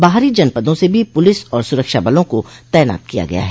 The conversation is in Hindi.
बाहरी जनपदों से भी पुलिस और सुरक्षाबलों को तैनात किया गया है